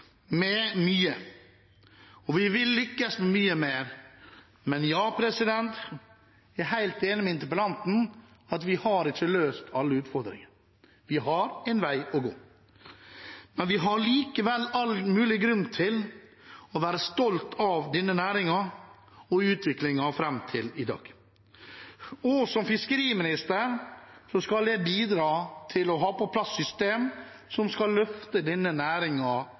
mye mer, men ja, jeg er helt enig med interpellanten i at vi har ikke løst alle utfordringene. Vi har en vei å gå, men vi har likevel all mulig grunn til å være stolt av denne næringen og utviklingen fram til i dag. Som fiskeriminister skal jeg bidra til å få på plass system som skal løfte denne